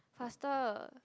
faster